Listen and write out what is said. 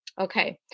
okay